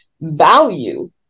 value